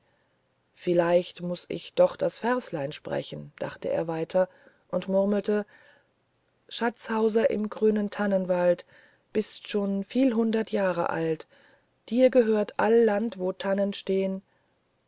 vielleicht muß ich doch das verslein sprechen dachte er weiter und murmelte schatzhauser im grünen tannenwald bist schon viel hundert jahre alt dir gehört all land wo tannen stehn